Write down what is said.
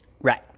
Right